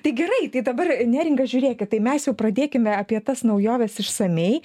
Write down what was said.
tai gerai tai dabar neringa žiūrėkit tai mes jau pradėkime apie tas naujoves išsamiai